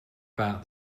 about